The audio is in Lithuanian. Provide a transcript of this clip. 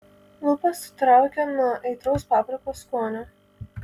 lūpas sutraukė nuo aitraus paprikos skonio